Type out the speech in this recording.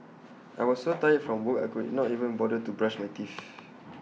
I was so tired from work I could not even bother to brush my teeth